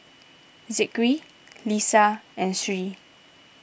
Zikri Lisa and Sri